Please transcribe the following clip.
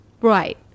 Right